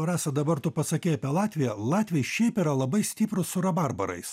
rasa dabar tu pasakei apie latviją latviai šiaip yra labai stiprūs su rabarbarais